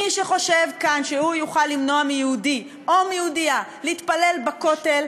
מי שחושב כאן שהוא יוכל למנוע מיהודי או מיהודייה להתפלל בכותל,